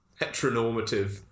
heteronormative